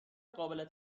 قابل